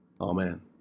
amen